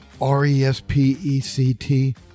R-E-S-P-E-C-T